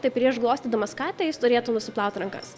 tai prieš glostydamas katę jis turėtų nusiplauti rankas